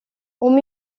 uma